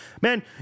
Man